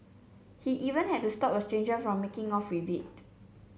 he even had to stop a stranger from making off with it